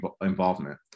involvement